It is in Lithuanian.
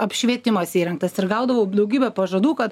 apšvietimas įrengtas ir gaudavau daugybę pažadų kad